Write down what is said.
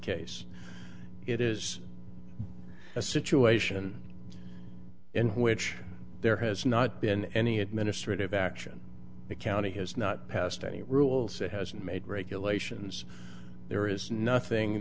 case it is a situation in which there has not been any administrative action the county has not passed any rules it hasn't made regulations there is nothing